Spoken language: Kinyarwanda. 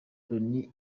loni